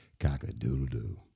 Cock-a-doodle-doo